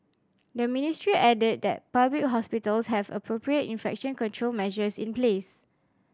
the ministry added that public hospitals have appropriate infection control measures in place